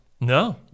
No